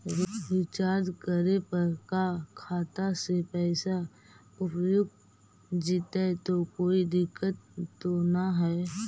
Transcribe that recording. Recharge करे पर का खाता से पैसा उपयुक्त जितै तो कोई दिक्कत तो ना है?